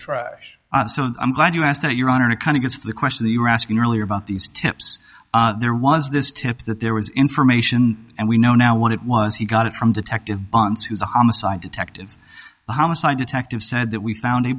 morning so i'm glad you asked that your honor to kind of guess the question that you were asking earlier about these tips there was this tip that there was information and we know now what it was he got it from detective bunts who's a homicide detectives homicide detective said that we found